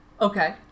Okay